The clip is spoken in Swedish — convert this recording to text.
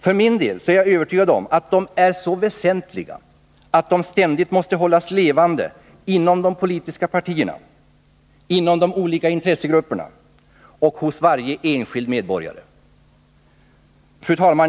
För min del är jag övertygad om att de är så väsentliga att de ständigt måste hållas levande inom de politiska partierna, inom de olika intressegrupperna och hos varje enskild medborgare. Fru talman!